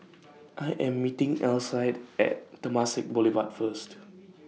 I Am meeting Alcide At Temasek Boulevard First